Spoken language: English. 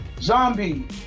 Zombie